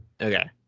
okay